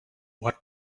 what